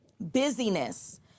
busyness